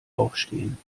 aufstehen